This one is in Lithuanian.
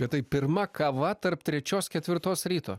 bet tai pirma kava tarp trečios ketvirtos ryto